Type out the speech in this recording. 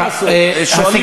מה לעשות, שואלים אותי שאלות.